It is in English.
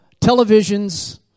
televisions